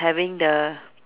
having the